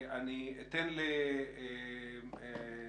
אני אתן לראש העיר